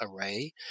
array